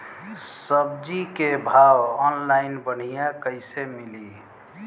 सब्जी के भाव ऑनलाइन बढ़ियां कइसे मिली?